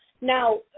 Now